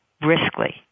briskly